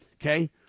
Okay